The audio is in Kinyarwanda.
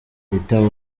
rita